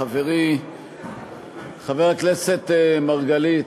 חברי חבר הכנסת מרגלית,